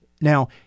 Now-